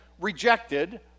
rejected